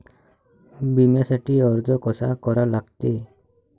बिम्यासाठी अर्ज कसा करा लागते?